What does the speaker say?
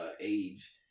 age